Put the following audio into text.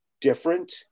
different